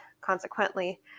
Consequently